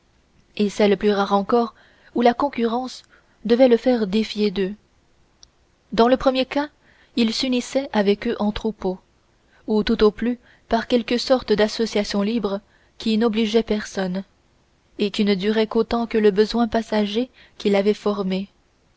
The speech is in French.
et celles plus rares encore où la concurrence devait le faire défier d'eux dans le premier cas il s'unissait avec eux en troupeau ou tout au plus par quelque sorte d'association libre qui n'obligeait personne et qui ne durait qu'autant que le besoin passager qui l'avait formée